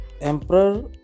Emperor